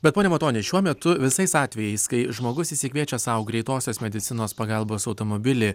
bet pone matoni šiuo metu visais atvejais kai žmogus išsikviečia sau greitosios medicinos pagalbos automobilį